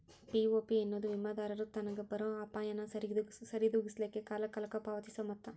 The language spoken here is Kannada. ಪಿ.ಪಿ.ಓ ಎನ್ನೊದು ವಿಮಾದಾರರು ತನಗ್ ಬರೊ ಅಪಾಯಾನ ಸರಿದೋಗಿಸ್ಲಿಕ್ಕೆ ಕಾಲಕಾಲಕ್ಕ ಪಾವತಿಸೊ ಮೊತ್ತ